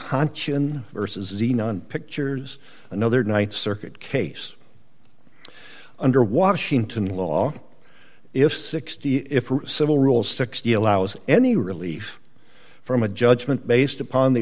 s chin vs xenon pictures another night circuit case under washington law if sixty if civil rule sixty allows any relief from a judgement based upon the